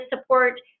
support